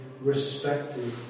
respected